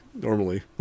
normally